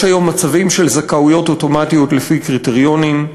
יש היום מצבים של זכאויות אוטומטיות לפי קריטריונים,